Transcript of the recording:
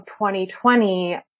2020